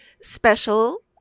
special